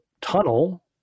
tunnel